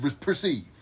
perceive